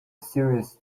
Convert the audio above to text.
serious